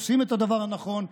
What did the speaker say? עושים את הדבר הנכון,